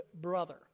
brother